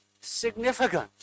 significant